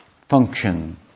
function